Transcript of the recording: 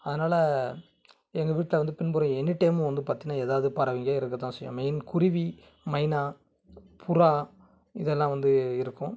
அதனால் எங்கள் வீட்டில் வந்து பின்புறம் எனி டைம்மும் வந்து பார்த்தீன்னா ஏதாவது பறவைங்க இருக்க தான் செய்யும் மெயின் குருவி மைனா புறா இதெல்லாம் வந்து இருக்கும்